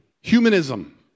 Humanism